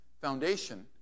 foundation